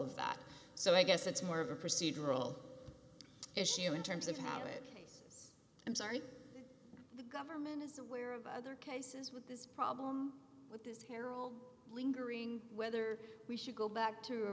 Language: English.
of that so i guess it's more of a procedural issue in terms of how it tastes i'm sorry the government is aware of other cases with this problem with this carol lingering whether we should go back to